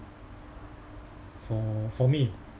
for for me